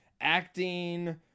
acting